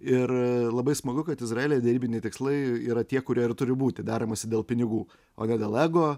ir labai smagu kad izraelyje derybiniai tikslai yra tie kurie ir turi būti deramasi dėl pinigų o ne dėl ego